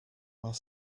while